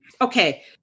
Okay